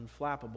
unflappable